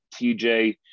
TJ